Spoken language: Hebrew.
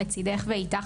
לצידך ואיתך,